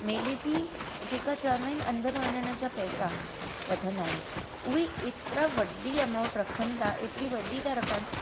मेले जी जेका चवंदा आहिनि अंदरु वञण जा पैसा वठंदा आहिनि उहे एतिरा वॾी अमाउंट रखनि था एतिरी वॾी था रखनि